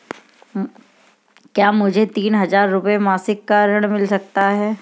क्या मुझे तीन हज़ार रूपये मासिक का ऋण मिल सकता है?